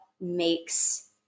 makes